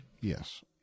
Yes